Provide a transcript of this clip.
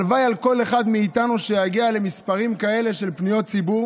הלוואי שכל אחד מאיתנו יגיע למספרים כאלה של פניות ציבור